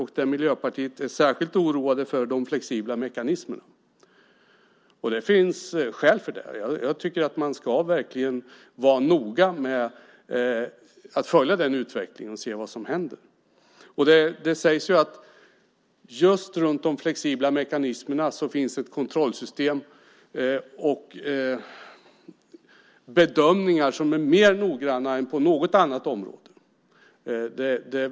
Där är Miljöpartiet särskilt oroligt för de flexibla mekanismerna. Det finns skäl att vara det. Jag tycker att vi noga ska följa den utvecklingen och se vad som händer. Det sägs att just runt de flexibla mekanismerna finns ett kontrollsystem och bedömningar som är mer noggranna än på något annat område.